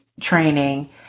training